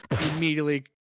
immediately